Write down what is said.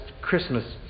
Christmas